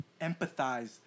empathize